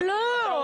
לא, לא.